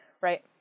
right